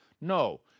No